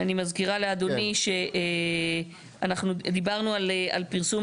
אני מזכירה לאדוני שאנחנו דיברנו על פרסום